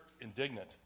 indignant